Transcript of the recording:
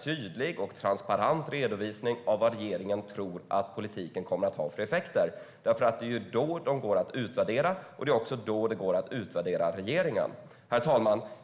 tydlig och transparent redovisning av vilka effekter regeringen tror att politiken kommer att få. Då går det att utvärdera dem, och då går det också att utvärdera regeringen. Herr talman!